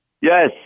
Yes